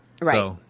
right